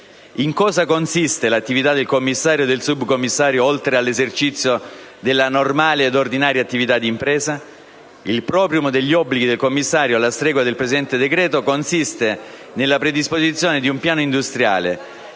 In cosa consiste l'attività del commissario e del subcommissario, oltre all'esercizio della normale ed ordinaria attività d'impresa? Il *proprium* degli obblighi del commissario, alla stregua del presente decreto, consiste nella predisposizione di un piano industriale